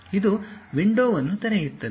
ಇದು ವಿಂಡೋವನ್ನು ತೆರೆಯುತ್ತದೆ